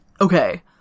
okay